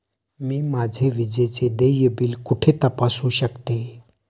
मी माझे विजेचे देय बिल कुठे तपासू शकते?